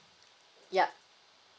yup